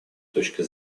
точки